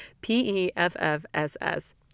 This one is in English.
P-E-F-F-S-S